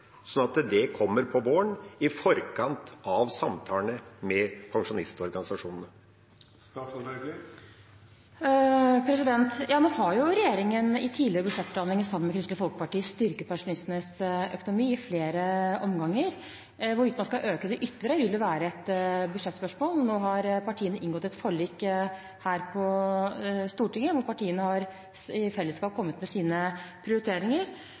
at det kommer på våren i forkant av samtalene med pensjonistorganisasjonene? Nå har jo regjeringen i tidligere budsjettforhandlinger sammen med Kristelig Folkeparti styrket pensjonistenes økonomi i flere omganger. Hvorvidt man skal øke dem ytterligere, vil være et budsjettspørsmål. Nå har partiene inngått et forlik her på Stortinget, hvor partiene i fellesskap har kommet med sine prioriteringer.